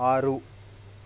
ఆరు